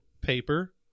paper